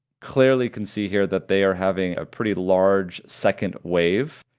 clearly can see here that they are having a pretty large second wave.